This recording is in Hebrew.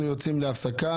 אנחנו יוצאים להפסקה.